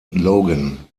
logan